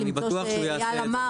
למצוא שאייל אמר